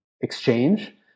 exchange